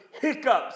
hiccups